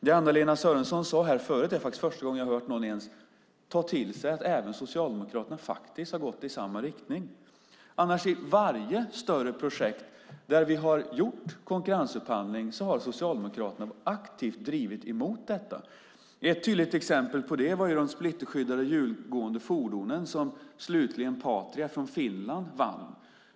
Det som Anna-Lena Sörenson sade här förut är första gången jag har hört någon ens ta till sig att även Socialdemokraterna faktiskt har gått i samma riktning. Annars har Socialdemokraterna vid varje större projekt där vi har gjort konkurrensupphandling aktivt drivit emot detta. Ett tydligt exempel på det var upphandlingen av de splitterskyddade hjulgående fordon som slutligen Patria från Finland vann.